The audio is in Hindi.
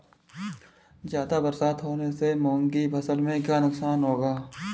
ज़्यादा बरसात होने से मूंग की फसल में क्या नुकसान होगा?